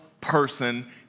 person